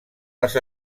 les